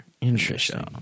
Interesting